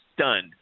stunned